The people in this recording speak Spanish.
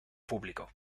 público